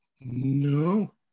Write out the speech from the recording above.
No